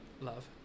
Love